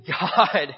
God